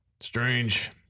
Strange